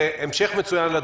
הוא כמובן לא נגע לכל הציבור,